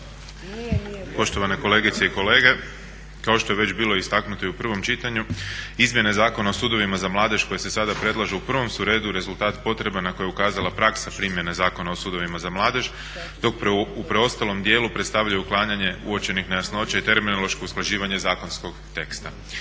Poštovane kolegice i kolege, kao što je već bilo istaknuto i u prvom čitanju Izmjene zakona o sudovima za mladež koje se sada predlažu u prvom su redu rezultat potreba na koje je ukazala praksa primjene Zakona o sudovima za mladež dok u preostalom dijelu predstavljaju uklanjanje uočenih nejasnoća i terminološko usklađivanje zakonskog teksta.